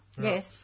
Yes